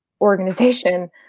organization